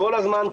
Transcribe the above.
כל הזמן,